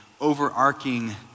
overarching